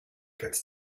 gets